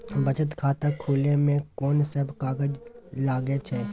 बचत खाता खुले मे कोन सब कागज लागे छै?